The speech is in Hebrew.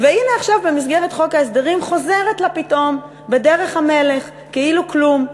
והנה עכשיו במסגרת חוק ההסדרים חוזרת לה פתאום בדרך המלך כאילו כלום.